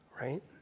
right